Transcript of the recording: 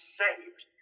saved